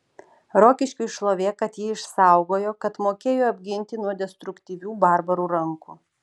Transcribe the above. rokiškiui šlovė kad jį išsaugojo kad mokėjo apginti nuo destruktyvių barbarų rankų